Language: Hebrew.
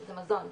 זה מזון,